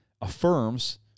affirms